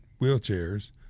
wheelchairs